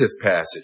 passage